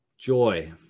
Joy